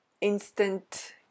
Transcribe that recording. instant